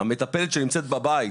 המטפלת שנמצאת בבית,